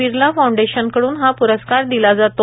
बिर्ला फाऊंडेशनकडून हा प्रस्कार दिला जातो